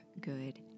good